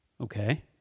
Okay